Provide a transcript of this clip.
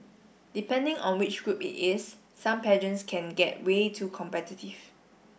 depending on which group it is some pageants can get way too competitive